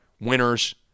winners